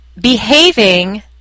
behaving